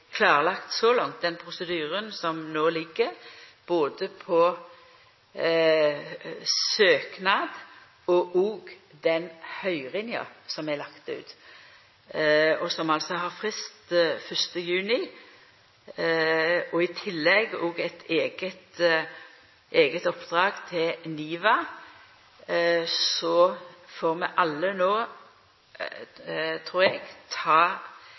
klarlagt – den prosedyren som no ligg føre, både med omsyn til søknad og den høyringa som er lagd ut, som altså har frist 1. juni, og i tillegg eit eige oppdrag til NIVA – trur eg vi alle no får ta